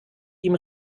ihm